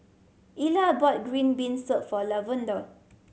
Ila bought green bean soup for Lavonda